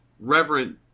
Reverend